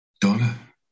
Donna